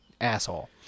asshole